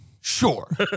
Sure